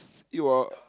it wa~